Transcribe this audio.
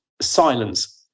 silence